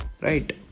right